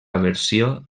versió